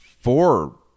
four